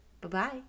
Bye-bye